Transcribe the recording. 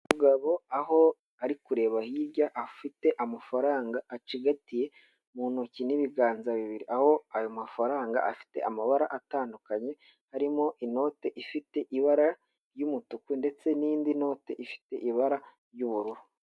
Umugabo, aho ari kureba hirya afite amafaranga acigatiye, mu ntoki n'ibiganza bibiri. Aho ayo mafaranga afite amabara atandukanye, harimo inote ifite ibara, ry'umutuku ndetse n'indi note ifite ibara ry'ubururu.